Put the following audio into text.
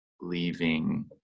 leaving